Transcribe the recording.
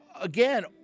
Again